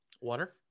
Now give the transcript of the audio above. water